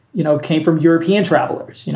you know, came from european travelers. you know,